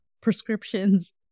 prescriptions